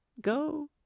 go